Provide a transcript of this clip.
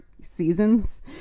seasons